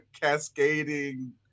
cascading